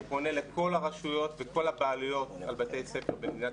שפונה לכל הרשויות ולכל הבעלויות על בתי ספר במדינת